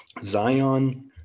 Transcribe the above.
Zion